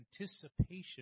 anticipation